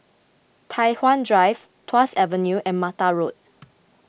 Tai Hwan Drive Tuas Avenue and Mata Road